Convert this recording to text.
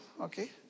okay